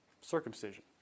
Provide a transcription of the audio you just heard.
circumcision